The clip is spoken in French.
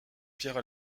pierre